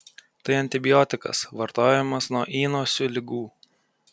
tai antibiotikas vartojamas nuo įnosių ligų